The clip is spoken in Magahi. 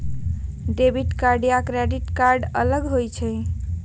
डेबिट कार्ड या क्रेडिट कार्ड अलग होईछ ई?